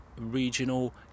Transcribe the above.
regional